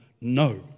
No